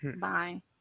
Bye